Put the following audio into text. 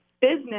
business